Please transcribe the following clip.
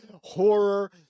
horror